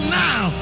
now